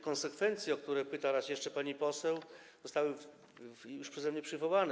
Konsekwencje, o które pyta raz jeszcze pani poseł, zostały już przeze mnie wymienione.